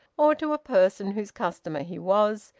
or to a person whose customer he was,